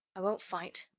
i won't fight.